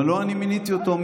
אבל לא אני מיניתי אותו.